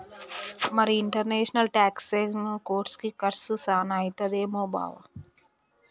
మరి ఇంటర్నేషనల్ టాక్సెసను కోర్సుకి కర్సు సాన అయితదేమో బావా